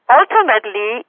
ultimately